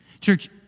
Church